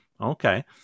Okay